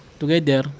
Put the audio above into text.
together